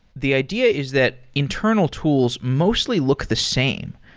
the idea is that internal tools mostly look the same.